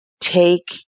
take